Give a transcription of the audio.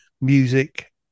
music